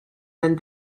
than